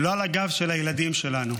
לא על הגב של הילדים שלנו.